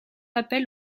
appel